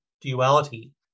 duality